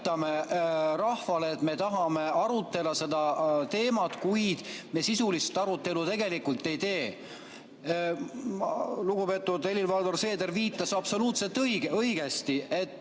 näitame rahvale, et me tahame arutleda sellel teemal, kuid me sisulist arutelu tegelikult ei tee. Lugupeetud Helir-Valdor Seeder viitas absoluutselt õigesti, et